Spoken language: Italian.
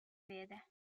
vede